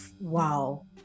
Wow